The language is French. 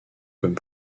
comme